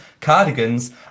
cardigans